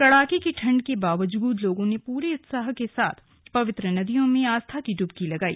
कड़ाके की ठंड के बावजूद लोगों ने पूरे उत्साह के साथ पवित्र नदियों में आस्था की डुबकी लगाई